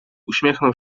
uśmiechnął